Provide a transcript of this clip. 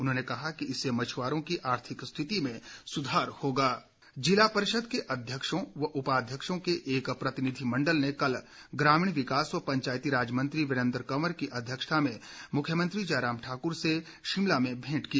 उन्होंने कहा कि इससे मछुआरों की आर्थिक स्थिति में सुधार होगा मेंट जिला परिषद के अध्यक्षों व उपाध्यक्षों के एक प्रतिनिधिमंडल ने कल ग्रामीण विकास व पंचायती राज मंत्री वीरेंद्र कंवर की अध्यक्षता में मुख्यमंत्री जयराम ठाक्र से शिमला में भेंट की